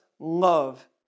love